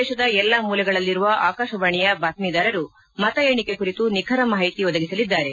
ದೇಶದ ಎಲ್ಲ ಮೂಲೆಗಳಲ್ಲಿರುವ ಆಕಾಶವಾಣಿಯ ಬಾತ್ಮೀದಾರರು ಮತ ಎಣಿಕೆ ಕುರಿತು ನಿಖರ ಮಾಹಿತಿ ಒದಗಿಸಲಿದ್ದಾರೆ